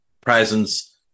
presence